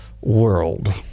world